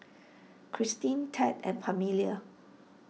Kristin Ted and Pamelia